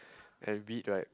and weed right